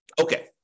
Okay